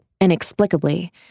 inexplicably